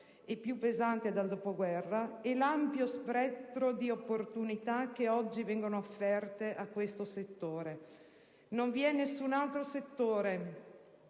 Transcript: e più pesante dal dopoguerra, e l'ampio spettro di opportunità che oggi vengono offerte a questo settore. Non vi è nessun altro settore